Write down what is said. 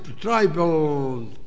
tribal